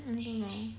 mm mm